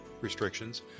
restrictions